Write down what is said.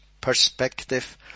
perspective